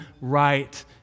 right